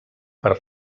per